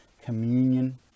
communion